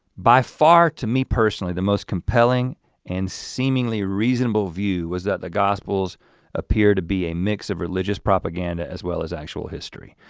by far to me personally, the most compelling and seemingly reasonable view was that the gospels appear to be a mix of religious propaganda as well as actual history.